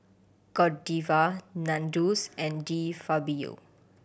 Godiva Nandos and De Fabio